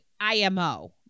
imo